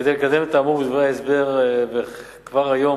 כדי לקדם את האמור בדברי ההסבר כבר היום,